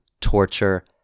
torture